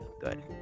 good